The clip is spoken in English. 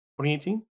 2018